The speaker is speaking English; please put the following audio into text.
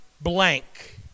blank